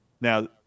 Now